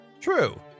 True